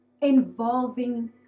involving